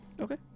okay